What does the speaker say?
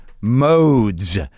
modes